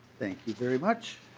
thank you very much.